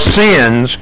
sins